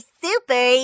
super